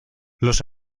los